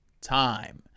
time